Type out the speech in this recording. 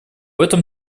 этом